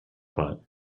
pot